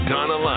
Donna